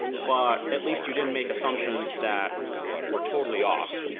but at least you didn't make assumptions that were totally off,